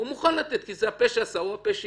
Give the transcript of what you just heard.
הוא מוכן לתת כי הפה שעשה הוא הפה שהתיר.